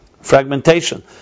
fragmentation